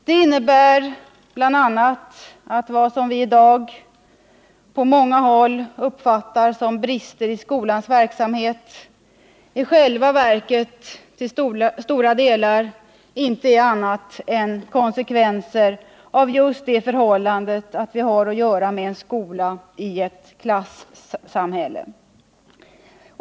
Det innebär bl.a. att vad vi i dag på många håll uppfattar som brister i skolans verksamhet i själva verket till stora delar inte är annat än konsekvenser av just det förhållandet att vi har att göra med en skola i ett klassamhälle.